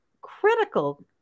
critical